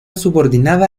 subordinada